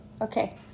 Okay